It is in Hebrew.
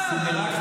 אין בעיה.